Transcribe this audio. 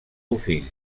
bofill